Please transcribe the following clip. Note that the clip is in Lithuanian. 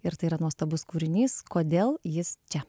ir tai yra nuostabus kūrinys kodėl jis čia